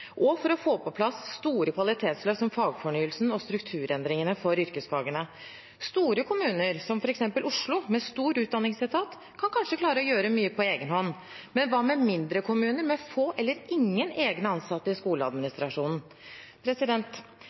og for å få på plass store kvalitetsløft, som fagfornyelsen og strukturendringene for yrkesfagene. Store kommuner med en stor utdanningsetat, som f.eks. Oslo, kan klare å gjøre mye på egen hånd, men hva med mindre kommuner med få eller ingen egne ansatte i skoleadministrasjonen?